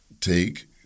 Take